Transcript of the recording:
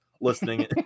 listening